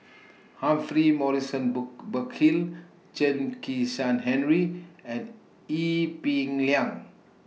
Humphrey Morrison Burkill Chen Kezhan Henri and Ee Peng Liang